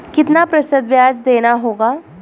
कितना प्रतिशत ब्याज देना होगा?